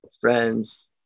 friends